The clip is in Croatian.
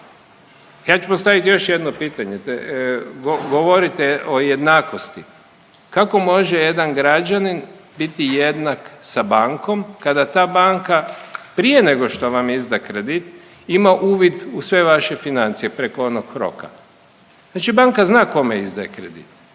ja ću postavit još jedno pitanje. Govorite o jednakosti. Kako može jedan građanin biti jednak sa bankom kada ta banka prije nego što vam izda kredit ima uvid u sve vaše financije preko onog HROK. Znači banka zna kome izdaje kredit.